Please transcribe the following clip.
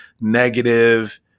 negative